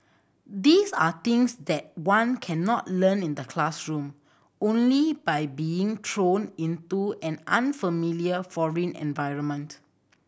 these are things that one cannot learn in the classroom only by being thrown into an unfamiliar foreign environment